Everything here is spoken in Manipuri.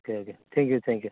okay okay thank you thank Q